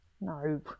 No